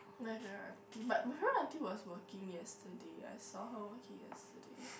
my favourite auntie but my favourite auntie was working yesterday I saw her working yesterday